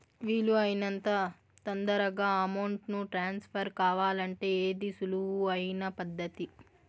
వీలు అయినంత తొందరగా అమౌంట్ ను ట్రాన్స్ఫర్ కావాలంటే ఏది సులువు అయిన పద్దతి